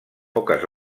poques